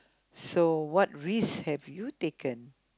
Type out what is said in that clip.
so what risk have you taken